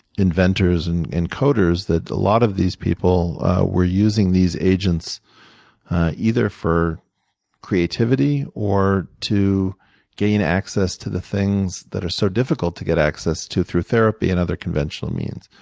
inventors and and coders, that a lot of these people were using these agents either for creativity or to gain access to the things that are so difficult to get access to through therapy and other conventional means.